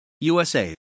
USA